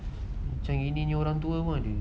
macam ini punya orang tua pun ada